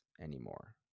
anymore